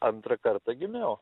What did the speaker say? antrą kartą gimiau